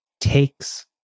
takes